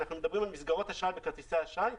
כאשר אנחנו מדברים על מסגרות אשראי בכרטיסי אשראי,